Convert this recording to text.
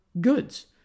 goods